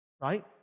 Right